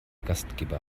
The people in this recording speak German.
gastgeber